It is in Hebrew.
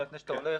לפני שאתה הולך,